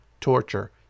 torture